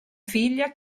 figlia